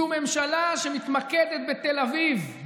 זו ממשלה שמתמקדת בתל אביב,